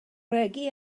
regi